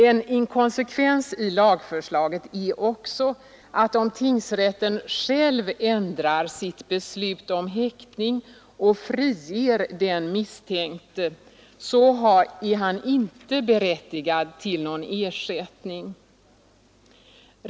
En inkonsekvens i lagförslaget är också att om tingsrätten själv ändrar sitt beslut om häktning och friger den misstänkte så är han inte berättigad till någon ersättning.